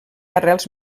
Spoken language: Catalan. arrels